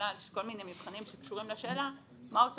בגלל שכל מיני מבחנים שקשורים לשאלה מה אותו